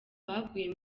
baguye